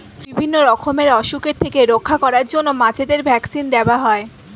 বিভিন্ন রকমের অসুখের থেকে রক্ষা করার জন্য মাছেদের ভ্যাক্সিন দেওয়া হয়